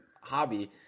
hobby